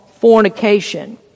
fornication